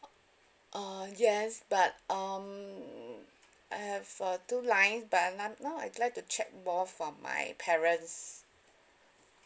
uh yes but um I have uh two lines but I'm n~ now I'd like to check more for my parents